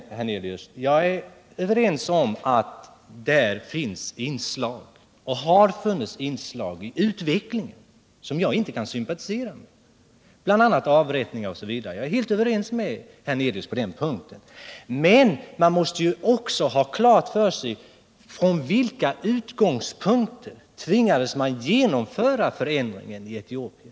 Jag är överens med herr Hernelius om att det finns och har funnits inslag där i utvecklingen som jag inte kan sympatisera med, bl.a. avrättningar. Jag är helt överens med herr Hernelius på den punkten. Men man måste också ha klart för sig från vilka utgångspunkter de tvingades genomföra förändringen i Etiopien.